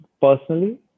personally